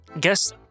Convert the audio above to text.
guess